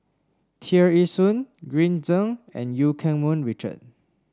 Tear Ee Soon Green Zeng and Eu Keng Mun Richard